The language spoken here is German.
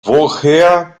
woher